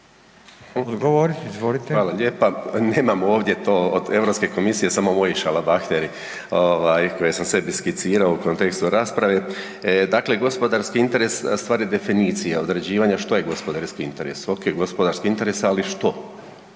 Zdravko** Hvala lijepo. Nemam ovdje to od Europske komisije, samo moji šalabahteri koje sam sebi skicirao u kontekstu rasprave. Dakle, gospodarski interes stvar je definicije određivanja što je gospodarski interes. Ok, gospodarski interes, ali što?